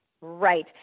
right